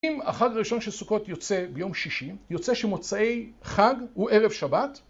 אם החג הראשון של סוכות יוצא ביום שישי, יוצא שמוצאי חג הוא ערב שבת